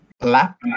Lap